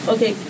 Okay